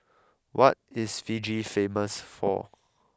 what is Fiji famous for